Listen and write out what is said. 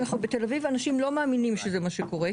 אנחנו בתל אביב, אנשים לא מאמינים שזה מה שקורה.